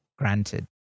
Granted